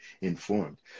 informed